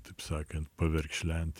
taip sakant paverkšlent